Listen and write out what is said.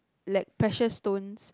like precious stones